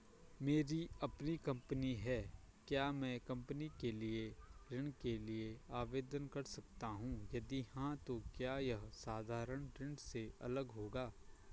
मेरी अपनी कंपनी है क्या मैं कंपनी के लिए ऋण के लिए आवेदन कर सकता हूँ यदि हाँ तो क्या यह साधारण ऋण से अलग होगा?